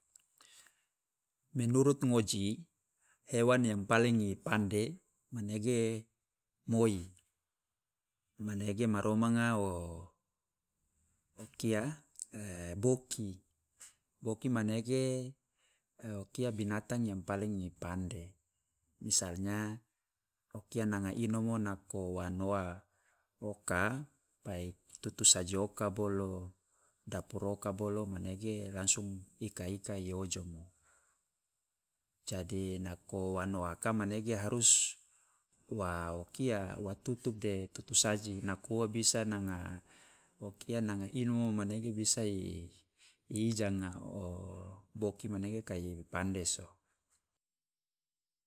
Menurut ngoji, hewan yang paling i pande manege moi, manege maromanga o kia e boki. Boki manege e o kia binatang yang paling i pande, misalnya o kia nanga inomo nako wa noa oka baik tutusaji oka bolo, dapur oka bolo, manege langsung ika- ika i ojomo, jadi nako wa noaka manege harus wa o kia wa tutup de tutusaji nako ua bisa nanga o kia nanga inomo manege bisa i ijanga, o boki manege kai pande so.